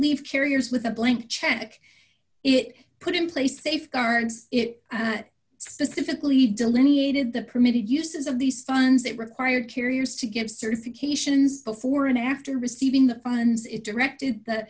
leave carriers with a blank check it put in place safeguards it specifically delineated the permitted uses of these signs that required carriers to give certifications before and after receiving the funds it directed that